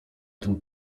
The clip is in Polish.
ten